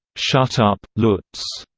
shut up, lutz!